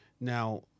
now